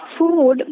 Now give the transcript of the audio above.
food